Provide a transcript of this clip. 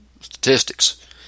statistics